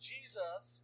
Jesus